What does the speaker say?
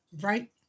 right